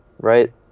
right